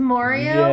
Mario